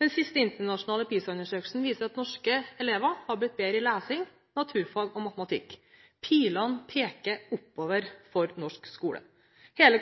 Den siste internasjonale PISA-undersøkelsen viser at norske elever har blitt bedre i lesing, naturfag og matematikk. Pilene peker oppover for norsk skole. Hele